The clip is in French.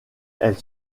elle